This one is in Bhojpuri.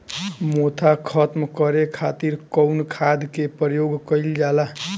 मोथा खत्म करे खातीर कउन खाद के प्रयोग कइल जाला?